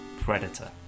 Predator